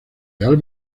real